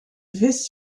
vis